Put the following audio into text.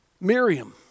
Miriam